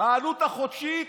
העלות החודשית,